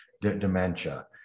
dementia